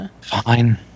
fine